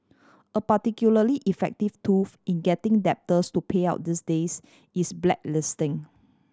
a particularly effective tool in getting debtors to pay out these days is blacklisting